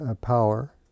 power